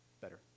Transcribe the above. better